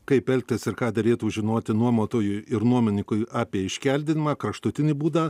kaip elgtis ir ką derėtų žinoti nuomotojui ir nuomininkui apie iškeldinimą kraštutinį būdą